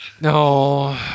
No